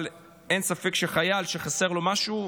אבל אין ספק שחייל שחסר לו משהו,